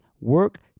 work